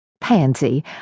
Pansy